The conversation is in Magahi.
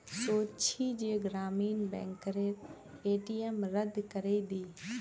सोच छि जे ग्रामीण बैंकेर ए.टी.एम रद्द करवइ दी